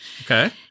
Okay